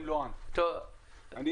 יש פער בין הדברים לאמת.